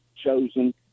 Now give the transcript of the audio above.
chosen